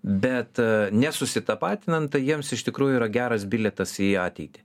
bet nesusitapatinant tai jiems iš tikrųjų yra geras bilietas į ateitį